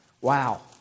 wow